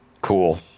Cool